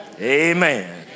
amen